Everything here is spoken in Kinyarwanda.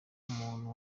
umuntu